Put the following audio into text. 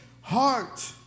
heart